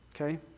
okay